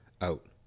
out